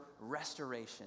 restoration